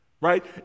right